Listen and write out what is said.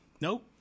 Nope